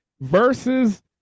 versus